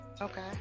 Okay